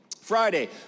Friday